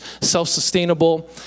self-sustainable